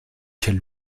quel